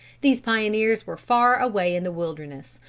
these pioneers were far away in the wilderness,